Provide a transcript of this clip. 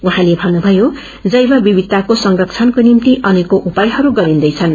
उहाँलेभन्नुभयो जैवविविधताकोसंरक्षणकोनिभ्तिअनेकौँउपायहरू गरिन्दैछन्